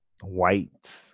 white